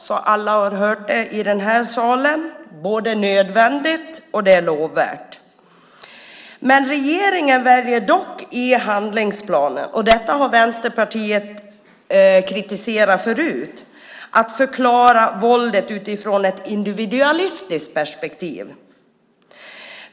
Nu har alla hört det i den här salen. Det är både nödvändigt och lovvärt. I handlingsplanen väljer regeringen dock, och detta har Vänsterpartiet kritiserat förut, att förklara våldet utifrån ett individualistiskt perspektiv.